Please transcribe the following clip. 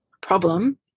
problem